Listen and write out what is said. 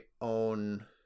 own